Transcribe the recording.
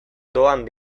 doan